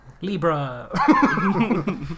Libra